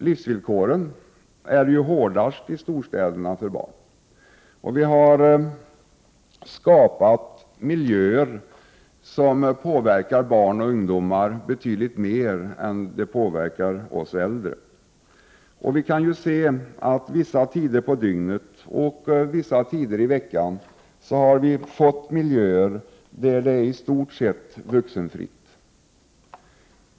Livsvillkoren för barn är hårdast i storstäderna. Det har skapats miljöer som påverkar barn och ungdomar betydligt mer än de påverkar oss äldre. Vi kan se att det under vissa tider på dygnet och under vissa tider i veckan finns miljöer där det i stort sett är vuxenfritt.